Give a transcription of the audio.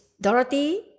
dorothy